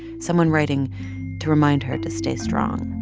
someone writing to remind her to stay strong